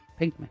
Pinkman